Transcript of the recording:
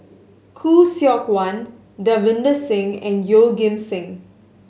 Khoo Seok Wan Davinder Singh and Yeoh Ghim Seng